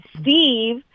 Steve